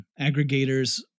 aggregators